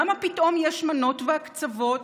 למה פתאום יש מנות והקצבות,